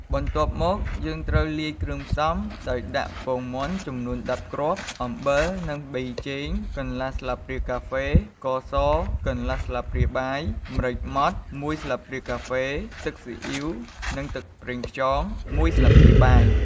បន្ទាប់មក យើងត្រូវលាយផ្សំគ្រឿងដោយដាក់ ពងមាន់ចំនួន១០គ្រាប់ អំបិលនិងប៊ីចេង កន្លះស្លាបព្រាកាហ្វេ ស្ករសកន្លះស្លាបព្រាបាយ ម្រេចម៉ដ្ឋ១ស្លាបព្រាកាហ្វេ ទឹកស៊ីអ៉ីវនិងទឹកប្រេងខ្យង ១ស្លាបព្រាបាយ។